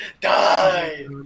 Die